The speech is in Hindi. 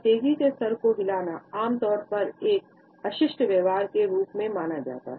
तेजी से सिर को हिलाना आम तौर पर एक अशिष्ट व्यवहार के रूप में माना जाता है